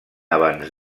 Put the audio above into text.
abans